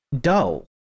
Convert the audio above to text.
dull